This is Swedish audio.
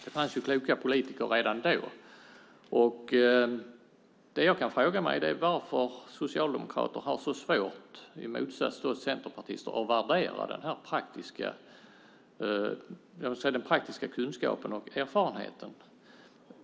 Det fanns kloka politiker redan då. Jag frågar mig varför socialdemokrater har så svårt, i motsats till centerpartister, att värdera den praktiska kunskapen och erfarenheten.